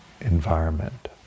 environment